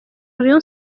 rayon